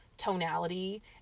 tonality